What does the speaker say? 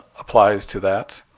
applies to that.